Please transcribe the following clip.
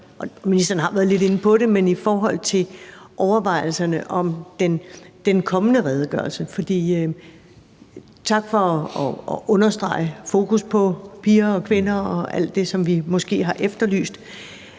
ministeren har været lidt inde på det – drejer sig om overvejelserne om den kommende redegørelse. Jeg vil sige tak for at understrege fokus på piger og kvinder og alt det, som vi har efterlyst,